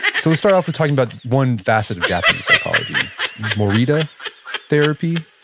so, we'll start off with talking about one facet of japanese psychology it's morita therapy,